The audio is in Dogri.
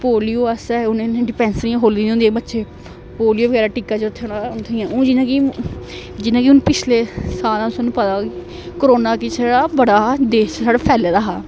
पोलियो आस्तै उनें डिपैंसरियां खोह्ली दियां होंदियां बच्चे पोलियो बगैरा टीका च उत्थें जियां कि हून पिछले साल दा पता कोरोना कि बड़ा हा देश साढ़ा फैले दा हा